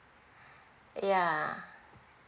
ya